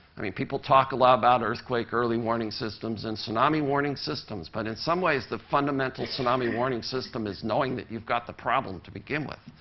i mean, people talk a lot about earthquake early warning systems and tsunami warning systems, but in some ways, the fundamental tsunami warning system is knowing that you've got the problem to begin with.